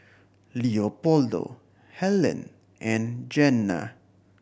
Leopoldo Hellen and Jenna